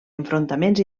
enfrontaments